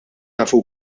nafu